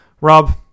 Rob